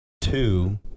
two